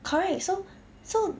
correct so so